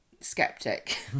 Skeptic